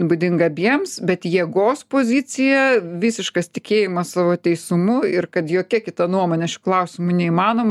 būdinga abiems bet jėgos pozicija visiškas tikėjimas savo teisumu ir kad jokia kita nuomonė šiuo klausimu neįmanoma